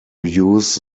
use